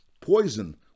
poison